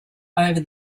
over